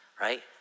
Right